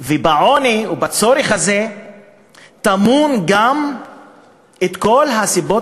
ובעוני הזה ובצורך הזה טמונים גם כל הסיבות